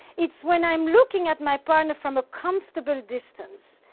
it's when i'm looking at my partner from a comfortable distance,